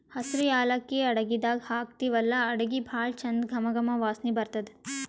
ಹಸ್ರ್ ಯಾಲಕ್ಕಿ ಅಡಗಿದಾಗ್ ಹಾಕ್ತಿವಲ್ಲಾ ಅಡಗಿ ಭಾಳ್ ಚಂದ್ ಘಮ ಘಮ ವಾಸನಿ ಬರ್ತದ್